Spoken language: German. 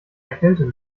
erkältet